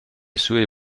sue